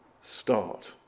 start